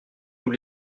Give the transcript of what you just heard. nous